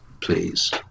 please